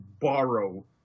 borrow